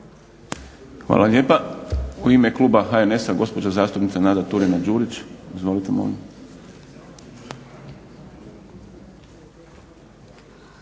Hvala lijepa. U ime kluba HNS-a gospođa zastupnica Nada Turina- Đurić. Izvolite molim.